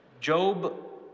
Job